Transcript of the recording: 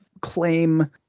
claim